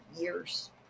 years